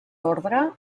ordre